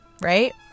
right